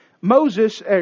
Moses